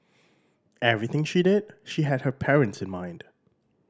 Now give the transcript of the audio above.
everything she did she had her parents in mind